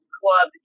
club